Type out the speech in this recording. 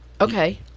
Okay